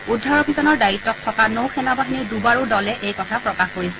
উদ্ধাৰ অভিযানৰ দায়িতৃত থকা নৌ সেনা বাহিনীৰ ডুবাৰু দলে এই কথা প্ৰকাশ কৰিছে